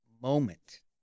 moment